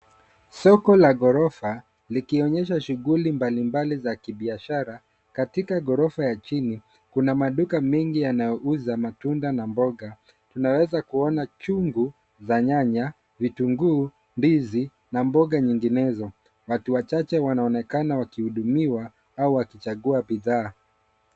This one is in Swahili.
Soko la ghorofa likionyesha shughuli mbalimbali za kibiashara. Katika ghorofa ya chini kuna maduka mengi yanayouza matunda na mboga. Tunaweza kuona chungu za nyanya, vitunguu, ndizi na mboga nyinginezo. Watu wachache wanaonekana wakihudumia au wakichagua bidhaa.